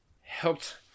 helped